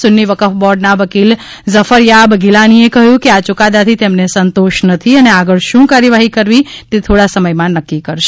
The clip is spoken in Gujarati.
સુજ્નિવકફ બોર્ડના વકીલ ઝફરયાબ ગિલાનીએ કહયું છે આ યુકાદાથી તેમને સંતોષ નથી અને આગળ શું કાર્યવાહી કરવી તે થોડા સમયમાં નકકી કરશે